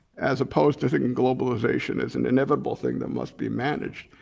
as opposed to thinking globalization is an inevitable thing that must be managed,